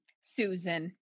susan